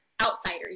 outsiders